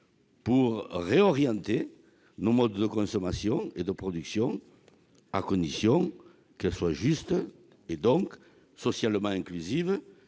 pour réorienter nos modes de consommation et de production, à condition qu'elle soit juste, donc socialement inclusive.